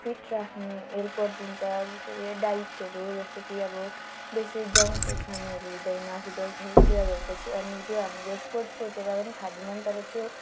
fit राख्ने हेल्पहरू दिन्छ जसरी डाइटहरू जस्तै कि अब बेसी जङ्क फुडहरू खानु हुँदैन फुटबल खेल प्लेयर भएपछि अनि त्यो हाम्रो स्पोर्ट्स सोचेर पनि खाँदैनौँ तर त्यो